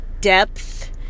depth